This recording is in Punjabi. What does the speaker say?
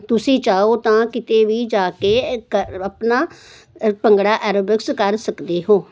ਤੁਸੀਂ ਜਾਓ ਤਾਂ ਕਿਤੇ ਵੀ ਜਾ ਕੇ ਆਪਣਾ ਭੰਗੜਾ ਐਰੋਬਿਕਸ ਕਰ ਸਕਦੇ ਹੋ